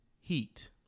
Heat